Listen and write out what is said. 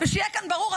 ושיהיה כאן ברור,